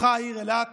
הפכה העיר אילת